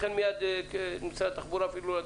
לכן אפילו לא נתתי למשרד התחבורה להתבטא.